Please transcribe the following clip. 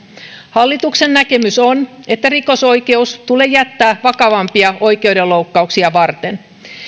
hallituksen näkemys on että rikosoikeus tulee jättää vakavampia oikeudenloukkauksia varten